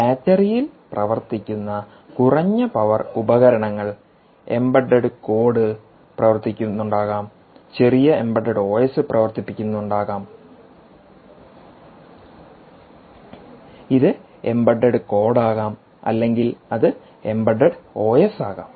ബാറ്ററിയിൽ പ്രവർത്തിക്കുന്ന കുറഞ്ഞ പവർ ഉപകരണങ്ങൾഎംബഡഡ് കോഡ് പ്രവർത്തിപ്പിക്കുന്നുണ്ടാകാം ചെറിയ എംബഡഡ് ഒഎസ് പ്രവർത്തിപ്പിക്കുന്നുണ്ടാകാം ഇത് എംബഡഡ് കോഡ് ആകാം അല്ലെങ്കിൽ അത് എംബഡഡ് ഒഎസ് ആകാം